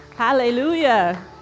Hallelujah